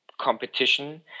competition